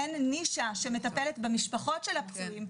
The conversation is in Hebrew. אין נישה שמטפלת במשפחות של הפצועים,